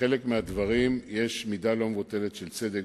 ובחלק מהדברים יש מידה לא מבוטלת של צדק.